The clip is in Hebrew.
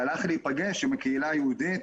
שהלך להיפגש עם הקהילה היהודית,